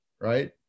right